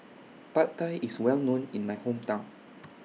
Pad Thai IS Well known in My Hometown